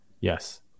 Yes